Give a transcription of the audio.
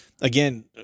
again